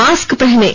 mask पहनें